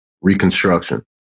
reconstruction